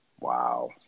Wow